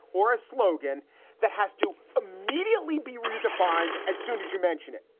or a slogan that has to immediately be redefined as soon as you mentioned it.